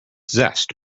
zest